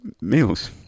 meals